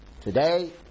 today